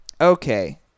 okay